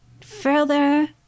further